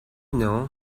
know